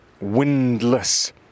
windless